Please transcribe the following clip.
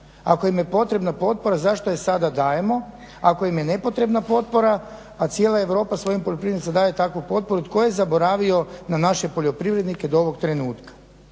Ako im je potrebna potpora, zašto je sada dajemo, ako im je nepotrebna potpora, a cijela Europa svojim poljoprivrednicima daje takvu potporu, tko je zaboravio na naše poljoprivrednike do ovog trenutka?